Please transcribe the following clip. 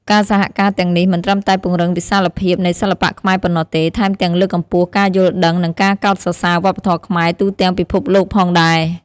ការសហការទាំងនេះមិនត្រឹមតែពង្រីកវិសាលភាពនៃសិល្បៈខ្មែរប៉ុណ្ណោះទេ ថែមទាំងលើកកម្ពស់ការយល់ដឹង និងការកោតសរសើរវប្បធម៌ខ្មែរទូទាំងពិភពលោកផងដែរ។